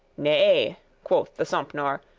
nay, quoth the sompnour,